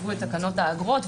כשכתבו את תקנות האגרות,